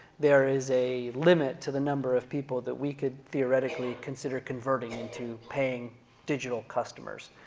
there is a limit to the number of people that we could theoretically consider converting into paying digital customers.